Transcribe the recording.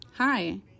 Hi